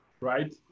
right